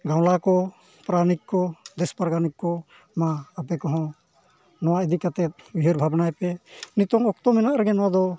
ᱜᱟᱣᱞᱟ ᱠᱚ ᱯᱟᱨᱟᱱᱤᱠ ᱠᱚ ᱫᱮᱥ ᱯᱟᱨᱟᱱᱤᱠ ᱠᱚ ᱢᱟ ᱟᱯᱮ ᱠᱚᱦᱚᱸ ᱱᱚᱣᱟ ᱤᱫᱤ ᱠᱟᱛᱮᱫ ᱩᱭᱦᱟᱹᱨ ᱵᱷᱟᱵᱱᱟᱭ ᱯᱮ ᱱᱤᱛᱚᱜ ᱚᱠᱛᱚ ᱢᱮᱱᱟᱜ ᱨᱮᱜᱮ ᱱᱚᱣᱟ ᱫᱚ